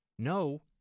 No